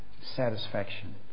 satisfaction